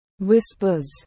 whispers